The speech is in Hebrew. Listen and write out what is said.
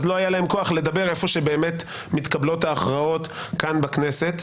אז לא היה להם כוח לדבר איפה שבאמת מתקבלות ההכרעות כאן בכנסת.